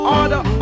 order